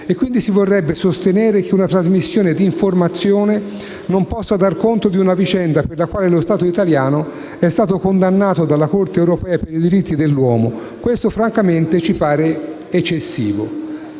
e, quindi, si vorrebbe sostenere che una trasmissione di informazione non possa dar conto di una vicenda per la quale lo Stato italiano è stato condannato dalla Corte europea dei diritti dell'uomo. Questo francamente ci pare eccessivo».